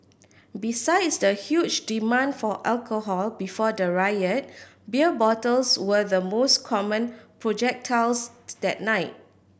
besides the huge demand for alcohol before the riot beer bottles were the most common projectiles that night